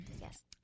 Yes